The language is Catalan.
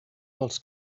dels